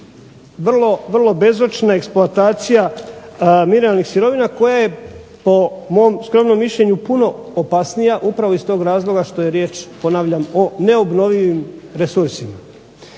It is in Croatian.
vrlo bezočna eksploatacija mineralnih sirovina koja je po mom skromnom mišljenju puno opasnija, upravo iz tog razloga što je riječ ponavljam o neobnovljivim resursima.